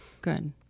Good